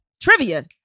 Trivia